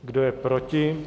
Kdo je proti?